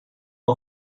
uma